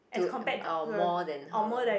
to our more than her